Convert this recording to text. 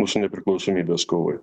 mūsų nepriklausomybės kovoj